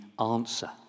answer